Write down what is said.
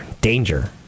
danger